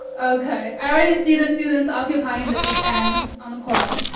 okay, i already see the students occupying the big m on the quad.